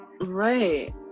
Right